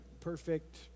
Perfect